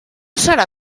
serà